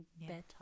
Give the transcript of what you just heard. better